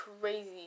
crazy